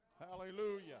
Hallelujah